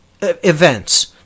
events